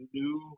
new